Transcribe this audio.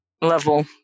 level